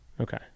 Okay